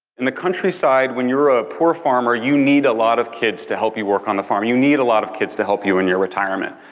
in the countryside, when you're a poor farmer you need a lot of kids to help you work on the farm, you need a lot of kids to help you in your in retirement.